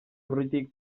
urritik